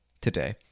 today